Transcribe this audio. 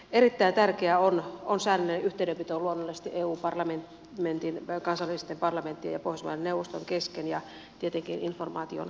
erittäin tärkeää on säännöllinen yhteydenpito luonnollisesti eu parlamentin kansainvälisten parlamenttien ja pohjoismaiden neuvoston kesken ja tietenkin informaation välitys